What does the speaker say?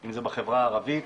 אם זה בחברה הערבית,